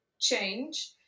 change